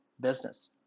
business